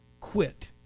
quit